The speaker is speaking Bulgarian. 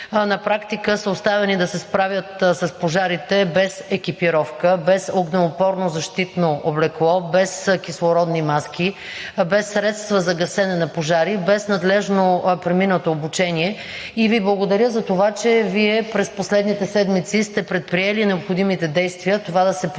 на практика са оставени да се справят с пожарите без екипировка, без огнеупорно защитно облекло, без кислородни маски, без средства за гасене на пожари, без надлежно преминато обучение и Ви благодаря за това, че Вие през последните седмици сте предприели необходимите действия това да се промени.